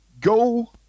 Go